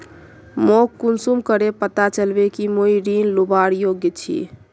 मोक कुंसम करे पता चलबे कि मुई ऋण लुबार योग्य छी?